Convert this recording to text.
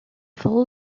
full